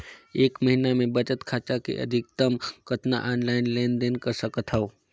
एक महीना मे बचत खाता ले अधिकतम कतना ऑनलाइन लेन देन कर सकत हव?